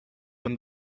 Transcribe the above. when